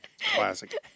Classic